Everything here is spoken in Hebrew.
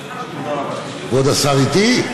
כבוד השר איתי?